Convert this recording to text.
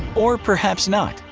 or perhaps not.